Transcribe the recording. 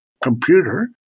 computer